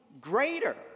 greater